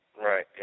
Right